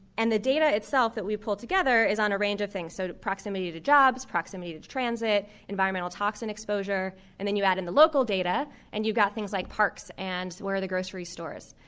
and the data itself that we pulled together is on a range of things. so proximity to jobs, proximity to transit, environmental toxin exposure, and then you add in the local data and you've got things like parks and where are the grocery stores.